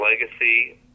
Legacy